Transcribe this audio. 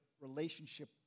relationship